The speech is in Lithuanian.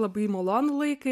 labai malonų laiką